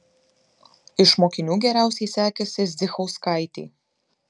iš mokinių geriausiai sekėsi zdzichauskaitei